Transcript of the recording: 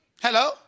Hello